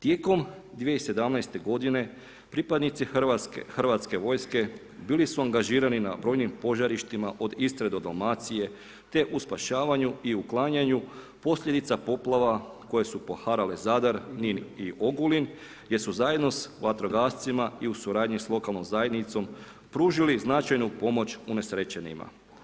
Tijekom 2017. godine pripadnici Hrvatske vojske bili su angažirani na brojnim požarištima od Istre do Dalmacije te u spašavanju i uklanjanju posljedica poplava koje su poharale Zadar, Nin i Ogulin jer su zajedno sa vatrogascima i u suradnji sa lokalnom zajednicom pružili značajnu pomoć unesrećenima.